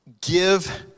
give